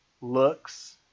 looks